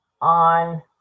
on